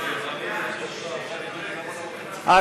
מסירים.